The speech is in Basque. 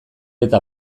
eta